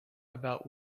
about